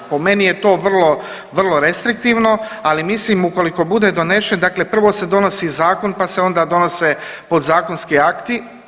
Po meni je to vrlo, vrlo restriktivno ali mislim ukoliko bude donešen, dakle prvo se donosi zakon, pa se onda donose podzakonski akti.